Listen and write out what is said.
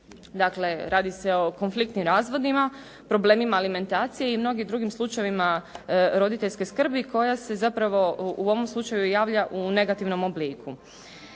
Dakle, radi se o konfliktnim razvodima, problemima alimentacije i mnogim drugim slučajevima roditeljske skrbi koja se zapravo u ovom slučaju javlja u negativnom obliku.